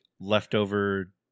leftover